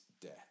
death